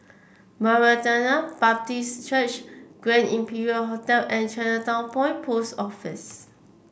Maranatha Baptist Church Grand Imperial Hotel and Chinatown Point Post Office